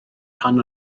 rhan